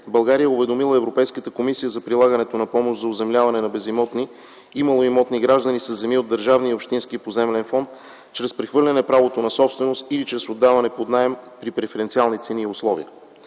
България е уведомила Европейската комисия за прилагането на помощ за оземляване на безимотни и малоимотни граждани със земи от държавния или общински поземлен фонд чрез прехвърляне правото на собственост или чрез отдаване под наем при преференциални цени и условия.